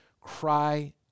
cry